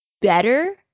better